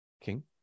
King